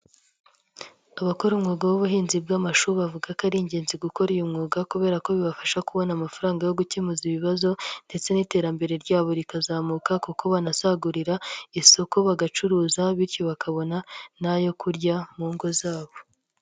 Abakora umwuga w'ubuhinzi bw'amashuri bavuga ko ari ingenzi gukora uyu mwuga, kubera ko bibafasha kubona amafaranga yo gukemura ibibazo ndetse n'iterambere ryabo rikazamuka, kuko banasagurira isoko bagacuruza bityo bakabona n'ayo kurya mu ngo zabo.